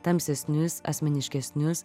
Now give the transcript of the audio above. tamsesnius asmeniškesnius